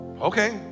Okay